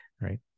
right